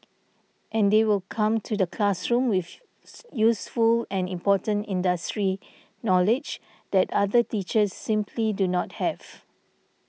and they will come to the classroom with useful and important industry knowledge that other teachers simply do not have